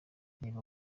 reba